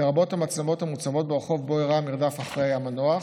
לרבות המצלמות המוצבות ברחוב שבו אירע המרדף אחרי המנוח.